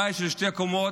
בית של שתי קומות,